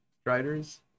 Striders